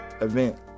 event